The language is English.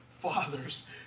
fathers